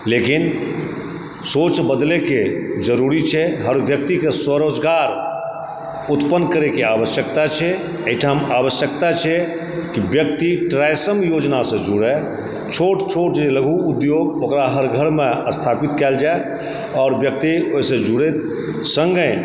लेकिन सोच बदलैके जरूरी छै हर व्यक्तिके रोजगार उत्पन्न करै के आवश्यकता छै एहिठाम आवश्यकता छै की व्यक्ति ट्राइ सम योजनासँ जुड़ऽछोट छोट जे लघु उद्योग ओकरा हर घरमे स्थापित कयल जाए और व्यक्ति ओहिसँ जुड़ै सङ्गे